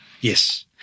Yes